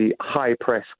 high-press